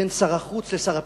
בין שר החוץ לשר הפנים,